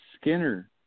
Skinner